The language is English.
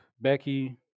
Becky